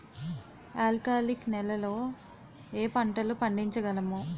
ఆల్కాలిక్ నెలలో ఏ పంటలు పండించగలము?